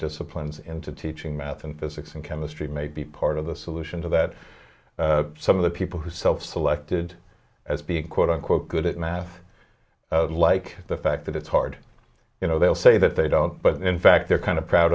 disciplines into teaching math and physics and chemistry may be part of the solution to that some of the people who self selected as the quote unquote good at math like the fact that it's hard you know they'll say that they don't but in fact they're kind of proud